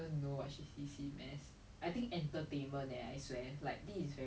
how do I say it like we are okay we are not well to do but we can like